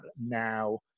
now